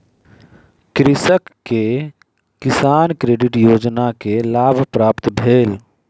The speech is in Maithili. कृषक के किसान क्रेडिट कार्ड योजना के लाभ प्राप्त भेल